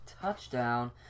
touchdown